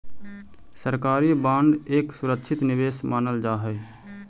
सरकारी बांड एक सुरक्षित निवेश मानल जा हई